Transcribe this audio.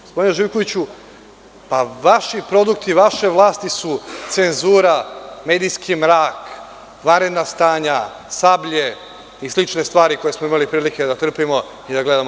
Gospodine Živkoviću, produkti vaše vlasti su cenzura, medijski mrak, vanredna stanja, „Sablje“ i slične stvari koje smo imali prilike da trpimo i da gledamo.